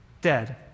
dead